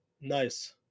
Nice